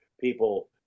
people